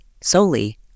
solely